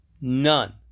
None